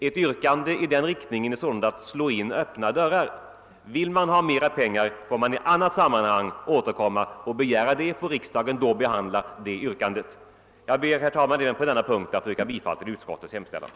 Ett yrkande i den riktningen är sålunda att slå in öppna dörrar. Vill man ha mera pengar får man återkomma i annat sammanhang och begära det, och så får riksdagen behandla yrkandet. Jag ber, herr talman, att även på denna punkt få yrka bifall till utskottets hemställan.